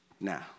Now